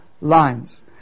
lines